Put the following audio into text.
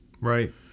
Right